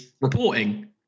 reporting